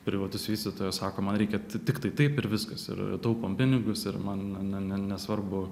privatus vystytojas sako man reikia tiktai taip ir viskas ir taupom pinigus ir man ne ne nesvarbu